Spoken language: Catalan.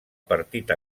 partit